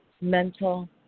mental